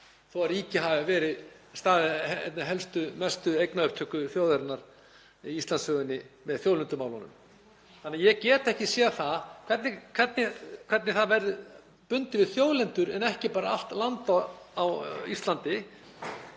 þó að ríkið hafi staðið að mestu eignaupptöku þjóðarinnar í Íslandssögunni með þjóðlendumálunum. Ég get ekki séð hvernig það verði bundið við þjóðlendur en ekki bara allt land á Íslandi,